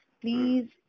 Please